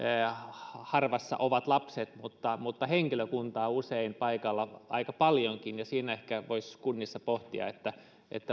harvassa ovat lapset mutta mutta henkilökuntaa on usein paikalla aika paljonkin ja ehkä voisi kunnissa pohtia